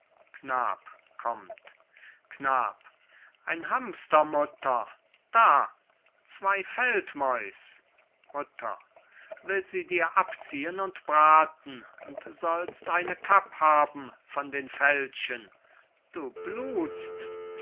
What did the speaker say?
knab ein hamster mutter da zwei feldmäus mutter will sie dir abziehen und braten und sollst eine kapp haben von den fellchen du blutst